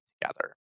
together